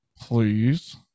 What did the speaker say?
please